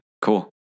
cool